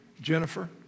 Jennifer